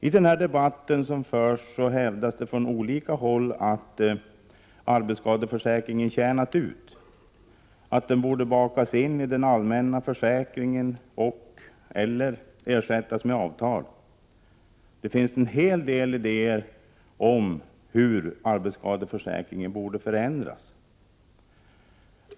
I den debatt som förs hävdas från olika håll att arbetsskadeförsäkringen tjänat ut, att den borde bakas in i den allmänna försäkringen och/eller ersättas med avtal. Det finns en hel del idéer om hur arbetsskadeförsäkringen borde förändras.